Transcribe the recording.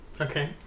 Okay